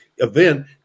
event